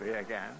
again